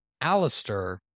Alistair